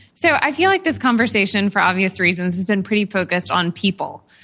so, i feel like this conversation, for obvious reasons, has been pretty focused on people.